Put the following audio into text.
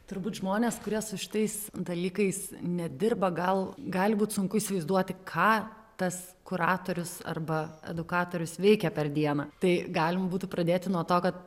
turbūt žmonės kurie su šitais dalykais nedirba gal gali būt sunku įsivaizduoti ką tas kuratorius arba edukatorius veikia per dieną tai galima būtų pradėti nuo to kad